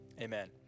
Amen